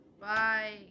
Bye